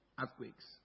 earthquakes